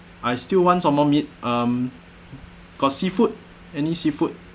I still wants some more meat um got seafood any seafood